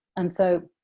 and, so